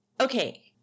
okay